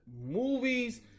movies